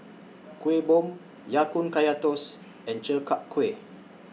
Kuih Bom Ya Kun Kaya Toast and Chi Kak Kuih